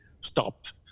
stopped